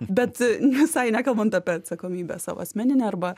bet visai nekalbant apie atsakomybę savo asmeninę arba